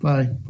Bye